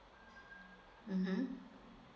mmhmm